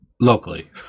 Locally